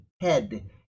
head